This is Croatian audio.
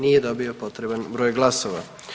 Nije dobio potreban broj glasova.